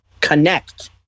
Connect